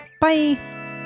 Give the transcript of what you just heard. Bye